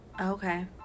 Okay